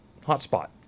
hotspot